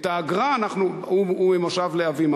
הוא ממושב להבים,